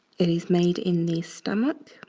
it is made in the stomach,